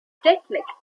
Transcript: technique